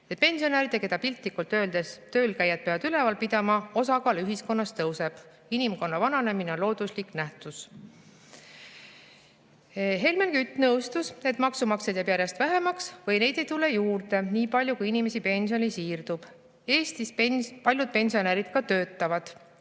Pensionäride, keda piltlikult öeldes töölkäijad peavad üleval pidama, osakaal ühiskonnas tõuseb. Inimkonna vananemine on looduslik nähtus. Helmen Kütt nõustus, et maksumaksjaid jääb järjest vähemaks või neid ei tule juurde nii palju, kui inimesi pensionile siirdub. Eestis paljud pensionärid ka töötavad,